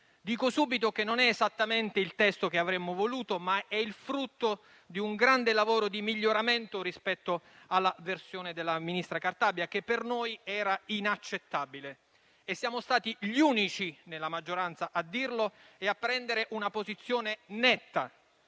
Dico subito che non è esattamente il testo che avremmo voluto, ma è il frutto di un grande lavoro di miglioramento rispetto alla versione del ministro Cartabia, che per noi era inaccettabile. E siamo stati gli unici nella maggioranza a dirlo e a prendere una posizione netta.